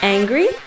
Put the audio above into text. Angry